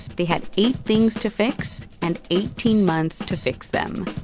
they had eight things to fix and eighteen months to fix them.